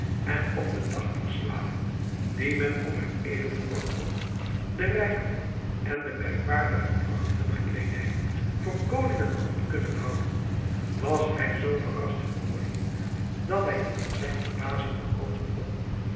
en op de tachtig slaven die men om hun edel voorkomen den rijkdom en de merkwaardige pracht hunner kleedij voor koningen had kunnen houden was hij zoo verrast geworden dat hij niet van zijn verbazing bekomen kon